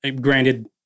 granted